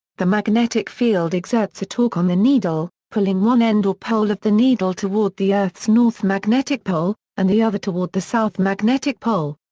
the magnetic field exerts a torque on the needle, pulling one end or pole of the needle toward the earth's north magnetic pole, and the other toward the south magnetic pole.